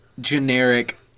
generic